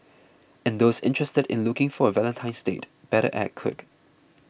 and those interested in looking for a Valentine's date better act quick